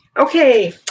Okay